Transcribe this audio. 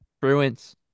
Bruins